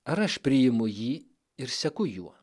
ar aš priimu jį ir seku juo